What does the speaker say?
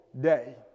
day